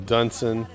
Dunson